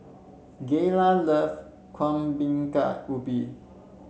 Gayla love Kuih Bingka Ubi